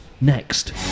next